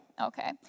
Okay